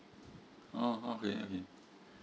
oh oh okay okay